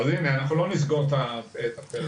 אבל אנחנו לא נסגור את הפלאפונים.